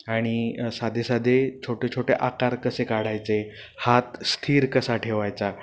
आणि साधे साधे छोटे छोटे आकार कसे काढायचे हात स्थिर कसा ठेवायचा